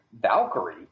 Valkyrie